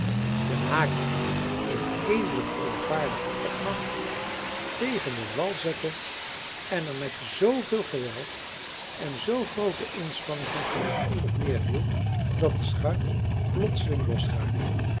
den haak in edele verontwaardiging opnam tegen den wal zette en er met zooveel geweld en zoo groote inspanning van krachten op neerviel dat de schuit plotseling losraakte